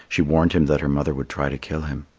she warned him that her mother would try to kill him.